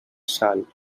sal